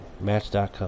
Match.com